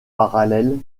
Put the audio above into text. parallèles